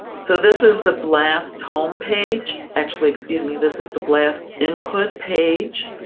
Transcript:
so this is the blast home page. actually, excuse me, this is the blast input page.